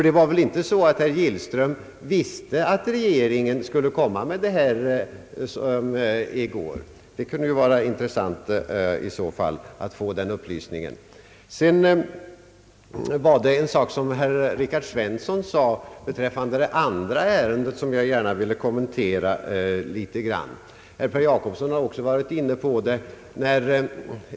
Det var väl inte så att herr Gillström visste att regeringen skulle vidta dessa åtgärder i går? Det skulle i så fall vara intressant att få den upplysningen. Herr Rikard Svensson sade beträffande det andra ärendet något som jag vill kommentera litet grand. Herr Per Jacobsson har också varit inne på denna fråga.